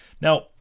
now